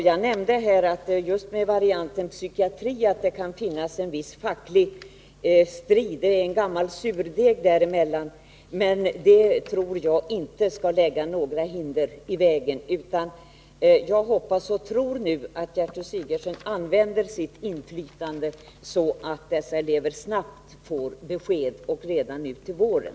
Jag nämnde här att det just när det gäller varianten psykiatri kan förekomma en viss facklig strid — det är en gammal surdeg som hänger med — men jag tror inte att detta kan lägga hinder i vägen, utan jag hoppas och tror att fru Sigurdsen skall använda sitt inflytande så att dessa elever snabbt får besked — redan nu till våren.